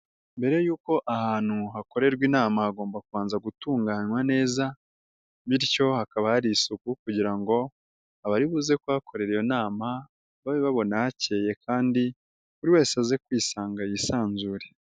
Mbere y'uko ahantu hakorerwa inama hagomba kubanza gutunganywa neza, bityo hakaba hari isuku kugira ngo abaribuze kuhakorera iyo nama, babe babona hakeye kandi buri wese aze kwisanga yisanzure.